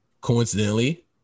coincidentally